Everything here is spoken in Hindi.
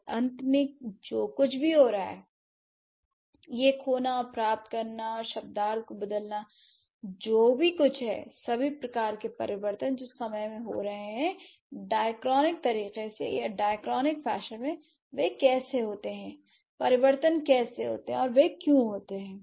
और अंत में जो कुछ भी हो रहा है यह खोना और प्राप्त करना और शब्दार्थ को बदलना जो कुछ भी है सभी प्रकार के परिवर्तन जो समय में हो रहे हैं दिआक्रं तरीके से या दिआक्रं फैशन में वे कैसे होते हैं परिवर्तन कैसे होते हैं और वे क्यों होते हैं